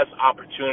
opportunity